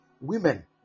Women